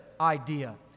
idea